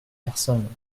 personne